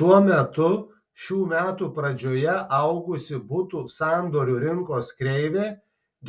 tuo metu šių metų pradžioje augusi butų sandorių rinkos kreivė